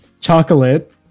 chocolate